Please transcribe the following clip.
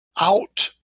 out